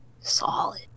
solid